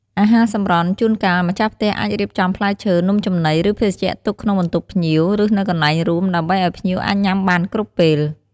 អាហារសម្រន់ ជួនកាល ម្ចាស់ផ្ទះអាចរៀបចំផ្លែឈើ នំចំណី ឬភេសជ្ជៈទុកក្នុងបន្ទប់ភ្ញៀវ ឬនៅកន្លែងរួម ដើម្បីឱ្យភ្ញៀវអាចញ៉ាំបានគ្រប់ពេល។